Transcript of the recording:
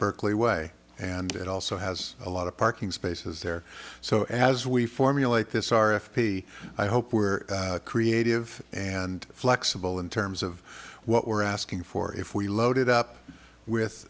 berkeley way and it also has a lot of parking spaces there so as we formulate this r f p i hope we're creative and flexible in terms of what we're asking for if we loaded up with